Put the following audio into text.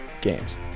games